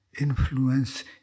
influence